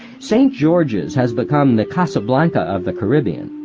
st. george's has become the casablanca of the caribbean,